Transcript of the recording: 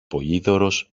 πολύδωρος